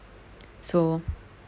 so